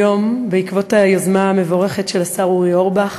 היום, בעקבות היוזמה המבורכת של השר אורי אורבך